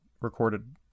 recorded